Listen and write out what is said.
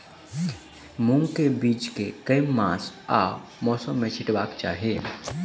मूंग केँ बीज केँ मास आ मौसम मे छिटबाक चाहि?